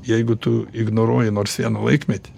jeigu tu ignoruoji nors vieną laikmetį